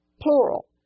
plural